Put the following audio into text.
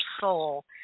soul